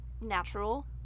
natural